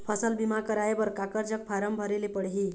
फसल बीमा कराए बर काकर जग फारम भरेले पड़ही?